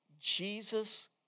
Jesus